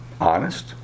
Honest